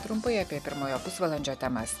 trumpai apie pirmojo pusvalandžio temas